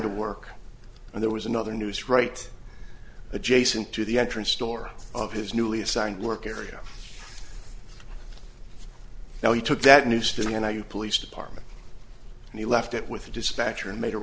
to work and there was another news right adjacent to the entrance door of his newly assigned work area now he took that news to me and i you police department and he left it with the dispatcher and made a